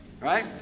Right